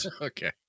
Okay